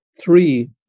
three